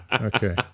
Okay